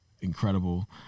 incredible